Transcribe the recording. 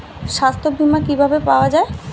সাস্থ্য বিমা কি ভাবে পাওয়া যায়?